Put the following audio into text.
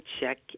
check